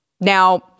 Now